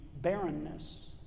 barrenness